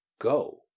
Go